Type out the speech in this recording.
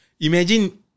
Imagine